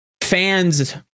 fans